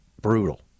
Brutal